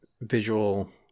visual